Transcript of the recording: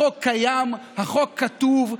החוק קיים, החוק כתוב.